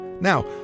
Now